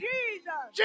Jesus